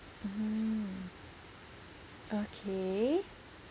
mm okay